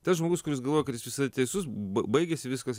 tas žmogus kuris galvoja kad jis visada teisus bai baigiasi viskas